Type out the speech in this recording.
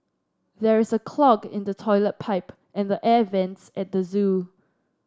there is a clog in the toilet pipe and the air vents at the zoo